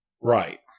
Right